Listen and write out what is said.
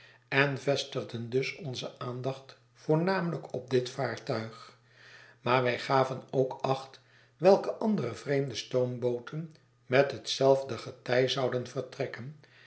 en vestigden dus onze aandacht voornamelijk op dit vaartuig maar wij gaven ook acht welke andere vreemde stoombooten met hetzelfde getij zouden vertrekken